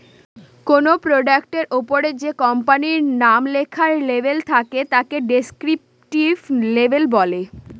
কোনো প্রোডাক্টের ওপরে যে কোম্পানির নাম লেখার লেবেল থাকে তাকে ডেস্ক্রিপটিভ লেবেল বলে